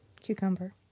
Cucumber